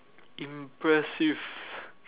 impressive